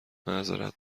معظرت